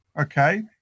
Okay